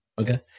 okay